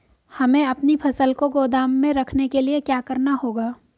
हमें अपनी फसल को गोदाम में रखने के लिये क्या करना होगा?